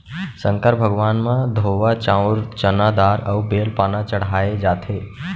संकर भगवान म धोवा चाउंर, चना दार अउ बेल पाना चड़हाए जाथे